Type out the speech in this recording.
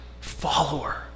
follower